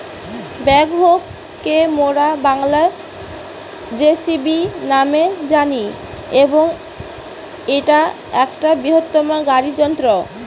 backhoe কে মোরা বাংলায় যেসিবি ন্যামে জানি এবং ইটা একটা বৃহত্তম গাড়ি যন্ত্র